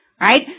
Right